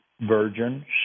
virgin